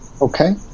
Okay